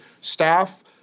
staff